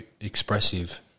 expressive